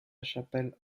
chapelle